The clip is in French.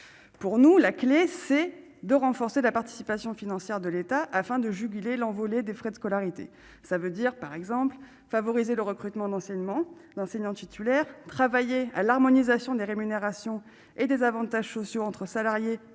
pour nous, la clé, c'est de renforcer la participation financière de l'État afin de juguler l'envolée des frais de scolarité, ça veut dire par exemple favoriser le recrutement d'enseignement d'enseignants titulaires, travailler à l'harmonisation des rémunérations et des avantages sociaux entre salariés de